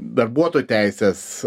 darbuotojų teises